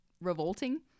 revolting